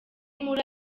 muri